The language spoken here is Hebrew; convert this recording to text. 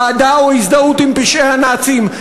אהדה או הזדהות עם פשעי הנאצים.